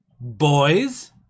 boys